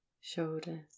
shoulders